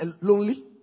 lonely